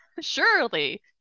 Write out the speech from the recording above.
Surely